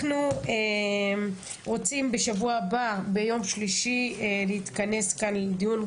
אנחנו רוצים ביום שלישי בשבוע הבא להתכנס כאן לדיון,